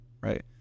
right